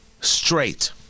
straight